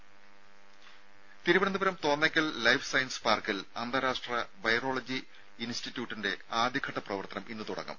രും Thiruvananthapuram Thonnakkal life science പാർക്കിൽ അന്താരാഷ്ട്ര വൈറോളജി ഇൻസ്റ്റിറ്റ്യൂട്ടിന്റെ ആദ്യഘട്ട പ്രവർത്തനം ഇന്ന് തുടങ്ങും